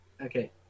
Okay